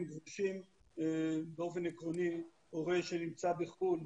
גרושים ובאופן עקרוני הורה שנמצא בחו"ל,